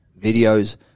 videos